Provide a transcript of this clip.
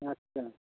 আচ্ছা